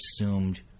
assumed